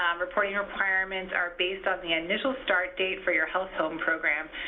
um reporting requirements are based on the initial start date for your health home program.